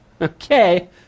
okay